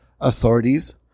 authorities